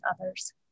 others